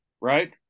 right